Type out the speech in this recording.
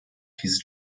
his